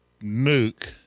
nuke